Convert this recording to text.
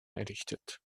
errichtet